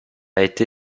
été